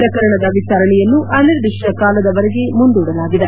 ಪ್ರಕರಣದ ವಿಚಾರಣೆಯನ್ನು ಅನಿರ್ದಿಷ್ಟ ಕಾಲದವರೆಗೆ ಮುಂದೂಡಲಾಗಿದೆ